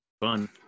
Fun